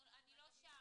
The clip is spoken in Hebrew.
אני לא שם.